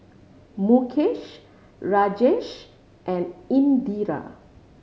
Mukesh Rajesh and Indira